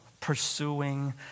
pursuing